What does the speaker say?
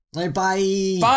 Bye-bye